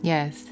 Yes